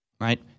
right